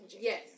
Yes